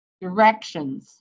directions